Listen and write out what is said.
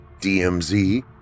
DMZ